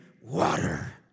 water